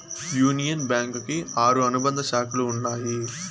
union bank కి ఆరు అనుబంధ శాఖలు ఉన్నాయి